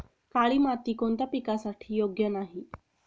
काळी माती कोणत्या पिकासाठी योग्य नाही?